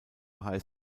high